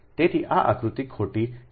તેથી આ આકૃતિ ખોટી છે